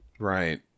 right